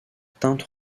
teinte